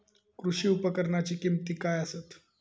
कृषी उपकरणाची किमती काय आसत?